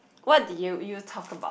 what did you you talk about